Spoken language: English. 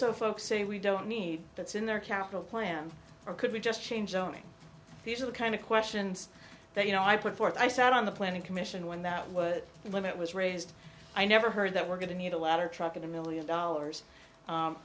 iso folks say we don't need that's in their capital plan or could we just change own thing these are the kind of questions that you know i put forth i sat on the planning commission when that was when it was raised i never heard that we're going to need a lot of truck in a million dollars